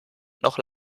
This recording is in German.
noch